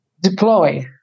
deploy